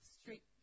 street